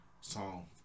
song